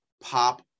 pop